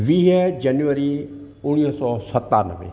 वीह जनवरी उणिवीह सौ सतानवे